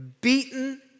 beaten